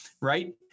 right